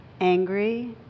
angry